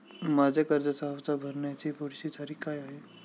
माझ्या कर्जाचा हफ्ता भरण्याची पुढची तारीख काय आहे?